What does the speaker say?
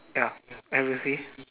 ya have you see